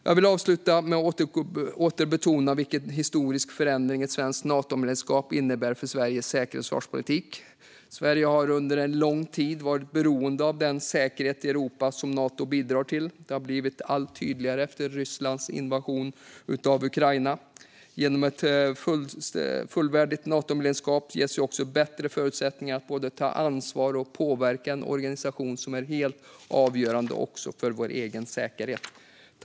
Jag vill avsluta med att åter betona vilken historisk förändring ett svenskt Natomedlemskap innebär för Sveriges säkerhets och försvarspolitik. Sverige har under lång tid varit beroende av den säkerhet i Europa som Nato bidrar till. Det har blivit allt tydligare efter Rysslands invasion av Ukraina. Genom ett fullvärdigt Natomedlemskap ges också bättre förutsättningar att både ta ansvar för och påverka en organisation som är helt avgörande också för vår egen säkerhet.